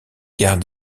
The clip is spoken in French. gare